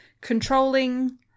controlling